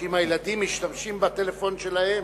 אם הילדים משתמשים בטלפון שלהם,